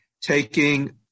taking